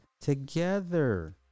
together